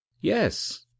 Yes